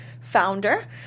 founder